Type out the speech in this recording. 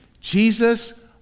Jesus